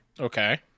okay